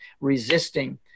resisting